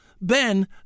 Ben